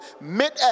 mid